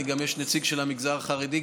יש גם נציג של המגזר החרדי,